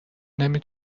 نمی